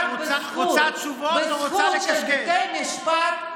רק בזכות שופטי בתי המשפט,